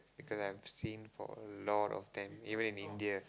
because I've seen for a lot of them even in India